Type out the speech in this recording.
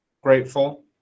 grateful